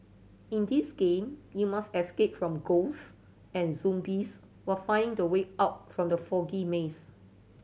in this game you must escape from ghosts and zombies while finding the way out from the foggy maze